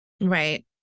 Right